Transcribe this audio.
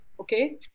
okay